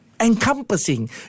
encompassing